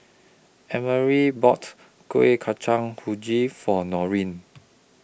Emory bought Kueh Kacang For Noreen